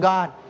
God